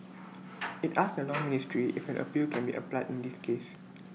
IT asked the law ministry if an appeal can be applied in this case